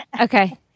Okay